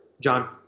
John